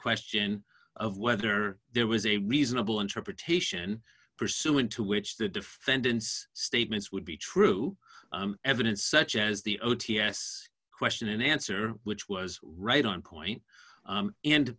question of whether there was a reasonable interpretation pursuant to which the defendant's statements would be true evidence such as the o t s question and answer which was right on point